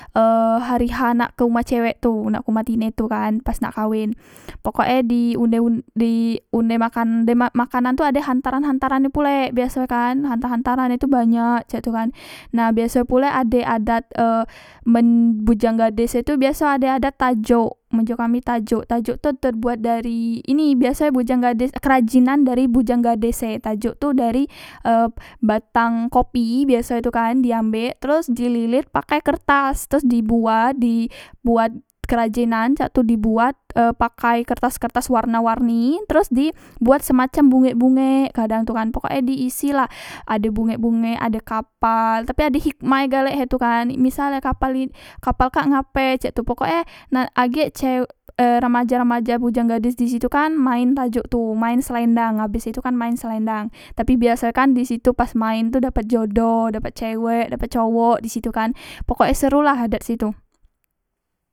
E hari h nak ke uma cewek tu nak tu kerumah tine tu kan pas nak kawen pokok e di unde unde di unde makan dem makanan tu ade hantaran hantaran e pulek biaso e kan hantar hantarane tu banyak cak tu kan nah biasoe pulek ade adat e men bujang gades e tu biaso ade adat tajok men je kami tajok tajok tu tebuat dari ini biasoe bujang gades kerajinan dari bujang gades e tajok tu dari e batang kopi biasoe tu kan diambek teros di lilit pakai kertas terus di buat di buat kerajenan cak tu di buat e pakai kertas kertas warna warni terus di buat e semacam bungek bungek kadang tu kan pokok e di isi lah ade bungek bungek ade kapal tapi ade hikmah e galek he tu kan misal e kapal e kapal kak ngape cak tu pokok e na agek cewek e remaja remaja bujang gades disitukan main tajok tu maen selendang abes itu kan maen selendang tapi biaso e kan disitu pas main tu dapet jodoh dapet cewek dapet cowok disitu kan pokok e seru lah adat situ